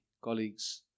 colleagues